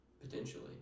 Potentially